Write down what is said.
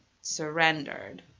surrendered